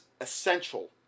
essential